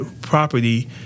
property